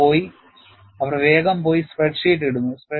അവർ വേഗം പോയി സ്പ്രെഡ്ഷീറ്റ് ഇടുന്നു